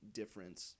difference